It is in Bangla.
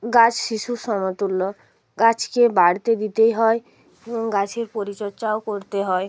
গাছ শিশুর সমতুল্য গাছকে বাড়তে দিতে হয় হুম গাছের পরিচর্চাও করতে হয়